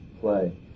play